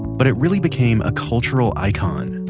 but it really became a cultural icon.